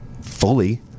fully